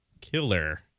Killer